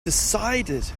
decided